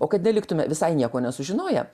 o kad neliktume visai nieko nesužinoję